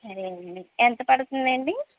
సరే అండి ఎంత పడుతుందండి